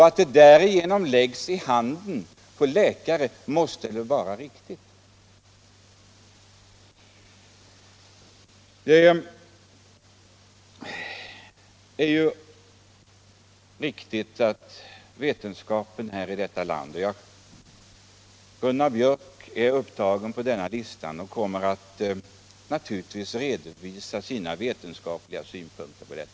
Att det därigenom läggs i händerna på läkare måste väl vara riktigt? Gunnar Biörck är upptagen på talarlistan och kommer naturligtvis att redovisa sina vetenskapliga synpunkter på ärendet.